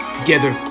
together